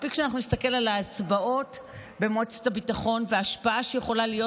מספיק שאנחנו נסתכל על ההצבעות במועצת הביטחון וההשפעה שיכולה להיות